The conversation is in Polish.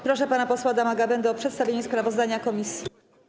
Proszę pana posła Adama Gawędę o przedstawienie sprawozdania komisji.